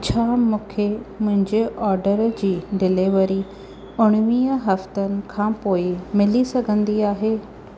छा मूंखे मुंहिंजे ऑर्डर जी डिलीवरी उणवीह हफ़्तनि खां पोइ मिली सघंदी आहे